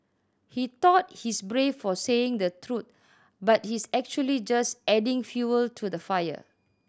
he thought he's brave for saying the truth but he's actually just adding fuel to the fire